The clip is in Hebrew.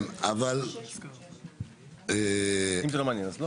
אם זה לא מעניין, אז לא.